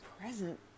present